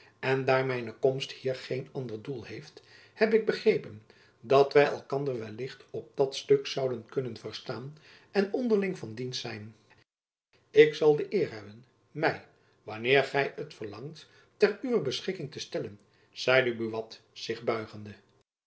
en daar mijne komst hier geen ander doel heeft heb ik begrepen dat wy elkander wellicht op dat stuk zouden kunnen verstaan en onderling van dienst zijn ik zal de eer hebben my wanneer gy t verlangt ter uwer beschikking te stellen zeide buat